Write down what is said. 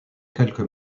quelques